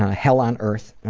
hell on earth,